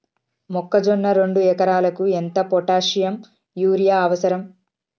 మొక్కజొన్న రెండు ఎకరాలకు ఎంత పొటాషియం యూరియా అవసరం?